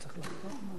חוק הביטוח הלאומי